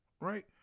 right